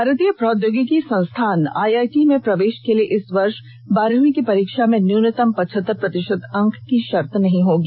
भारतीय प्रौद्योगिकी संस्थान आईआईटी में प्रवेश को लिये इस वर्ष बारहवीं की परीक्षा में न्यूनतम पचहतर प्रतिशत अंक की शर्त नहीं होगी